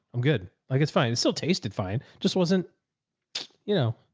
i'm good. like, it's fine. it's still tasted fine. just wasn't you know,